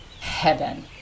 heaven